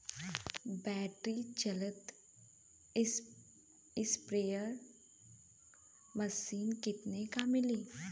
Battery चलत sprayer machine कितना क मिली?